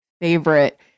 favorite